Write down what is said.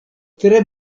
tre